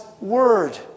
Word